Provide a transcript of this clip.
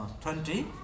Twenty